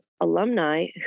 alumni